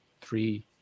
three